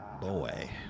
boy